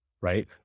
right